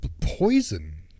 poison